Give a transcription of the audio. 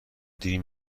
دیر